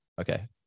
okay